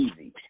easy